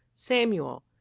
samuel.